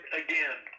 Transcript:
again